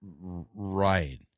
Right